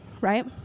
right